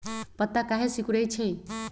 पत्ता काहे सिकुड़े छई?